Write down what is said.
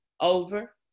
over